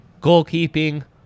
goalkeeping